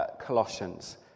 Colossians